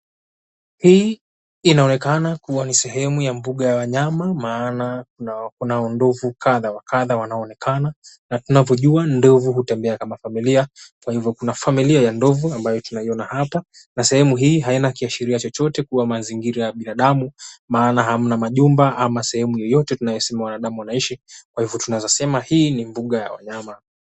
Hi inaonekana kuwa ni sehemu ya mbuga ya wanyama maana kuna ndovu kadha wa kadha wanaonekana na tunapojuwa ndovu hutembea na mafamilia, kwa hivyo kuna familia ya ndovu ambayo tunaiona hapa, na sehemu hi haina kiashirio chochote kuwa mazingira ya binadamu maana hamna majumba ama sehemu yeyote tunayosema mwanadamu anaishi kwa hivyo tunawezasema hi ni mbuga ya wanyama.